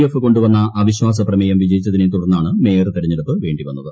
F കൊണ്ടുവന്ന അവിശ്വാസപ്രമേയം വിജയിച്ചതിനെ തുടർന്നാണ് മേയർ തിരഞ്ഞെടുപ്പ് വേണ്ടി വന്നത്